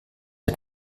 der